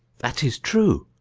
that is true,